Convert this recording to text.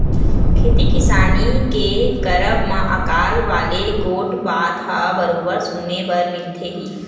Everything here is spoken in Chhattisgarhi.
खेती किसानी के करब म अकाल वाले गोठ बात ह बरोबर सुने बर मिलथे ही